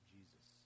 Jesus